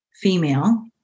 female